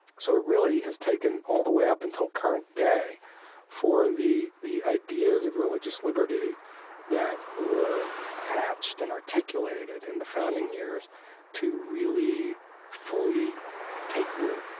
so it really has taken all the way up until current day for the the ideas of religious liberty that were hatched and articulated in the founding years to really fully take root